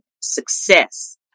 success